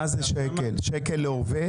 האם זה שקל לעובד?